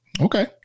Okay